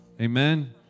Amen